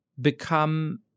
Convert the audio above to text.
become